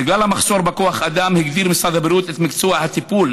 בגלל המחסור בכוח אדם הגדיר משרד הבריאות את מקצוע הטיפול